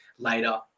Later